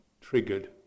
triggered